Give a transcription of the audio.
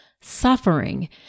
suffering